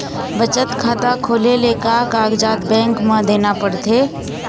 बचत खाता खोले ले का कागजात बैंक म देना पड़थे?